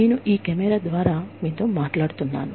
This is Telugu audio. నేను ఈ కెమెరా ద్వారా మీతో మాట్లాడుతున్నాను